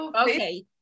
okay